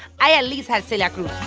i at least have celia cruz